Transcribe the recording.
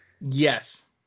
Yes